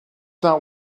not